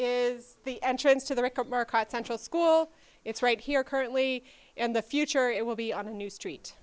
is the entrance to the record market central school it's right here currently and the future it will be on a new street